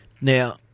Now